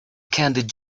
candied